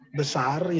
besar